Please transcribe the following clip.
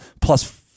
plus